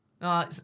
No